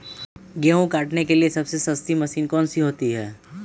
गेंहू काटने के लिए सबसे सस्ती मशीन कौन सी होती है?